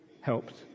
helped